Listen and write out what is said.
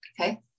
okay